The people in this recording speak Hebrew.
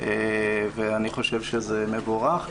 ואני חושב שזה מבורך.